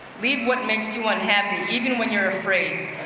leave what makes you unhappy even when you're afraid.